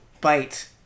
bite